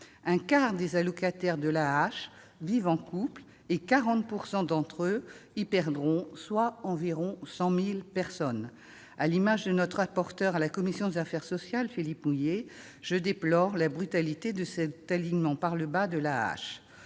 Un quart des allocataires de l'AAH vit en couple ; 40 % d'entre eux y perdront, soit environ 100 000 personnes. À l'image du rapporteur pour avis de la commission des affaires sociales, Philippe Mouiller, je déplore la brutalité de cet alignement par le bas de l'AAH.